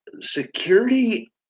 security